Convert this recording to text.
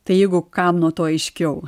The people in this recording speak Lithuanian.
tai jeigu kam nuo to aiškiau